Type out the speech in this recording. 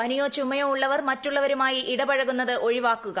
പനിയോ ചുമയോ ഉള്ളവർ മറ്റുള്ളവരുമായി ഇടപഴകുന്നത് ഒഴിവാക്കുക